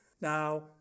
Now